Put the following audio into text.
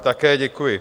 Také děkuji.